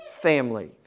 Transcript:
family